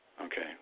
Okay